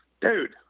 Dude